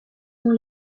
ont